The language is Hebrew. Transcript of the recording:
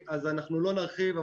אז אנחנו לא נרחיב.